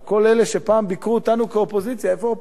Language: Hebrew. על כל אלה שביקרו אותנו באופוזיציה: איפה האופוזיציה?